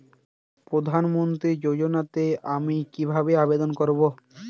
প্রধান মন্ত্রী যোজনাতে আমি কিভাবে আবেদন করবো?